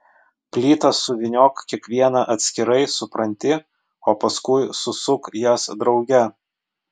plytas suvyniok kiekvieną atskirai supranti o paskui susuk jas drauge